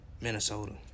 Minnesota